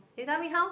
you tell me how